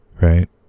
right